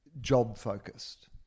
job-focused